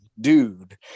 dude